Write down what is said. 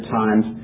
times